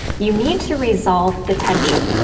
you need to resolve the tension.